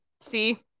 See